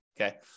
Okay